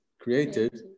created